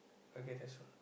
okay that's all